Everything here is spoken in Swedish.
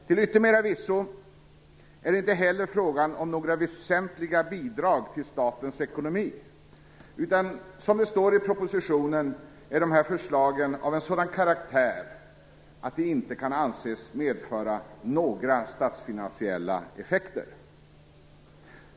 Till yttermera visso är det inte heller fråga om några väsentliga bidrag till statens ekonomi, utan som det står i propositionen är förslagen av en sådan karaktär att de inte kan anses medföra några statsfinansiella effekter.